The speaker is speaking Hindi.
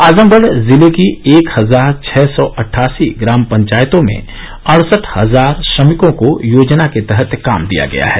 आजमगढ जिले की एक हजार छह सौ अटठासी ग्राम पंचायतों में अडसठ हजार श्रमिकों को योजना के तहत काम दिया गया है